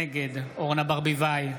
נגד אורנה ברביבאי,